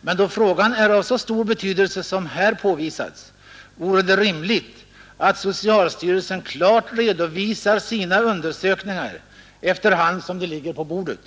men då frågan är av så stor betydelse som här påvisats vore det rimligt att socialstyrelsen klart redovisar sina undersökningar efter hand som de ligger på bordet.